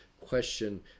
question